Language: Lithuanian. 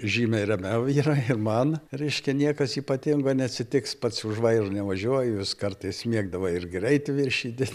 žymiai ramiau yra ir man reiškia niekas ypatingo neatsitiks pats už vairo nevažiuoju jis kartais mėgdavo ir greitį viršyti